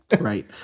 right